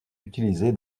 utilisé